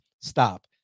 stop